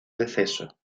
deceso